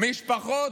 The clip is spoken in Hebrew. משפחות,